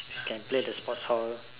can play the sports hall